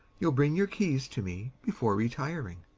you'll bring your keys to me, before retiring.